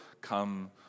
come